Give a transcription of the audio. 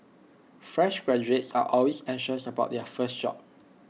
fresh graduates are always anxious about their first job